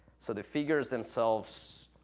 so, the figures themselves,